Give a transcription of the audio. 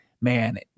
man